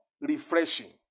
refreshing